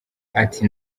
ati